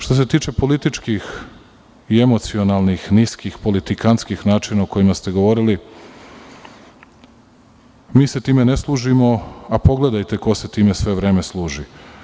Što se tiče političkih i emocionalnih niskih politikantskih načina o kojima ste govorili, mi se time ne služimo, a pogledajte ko se time sve vreme služi.